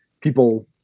people